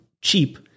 cheap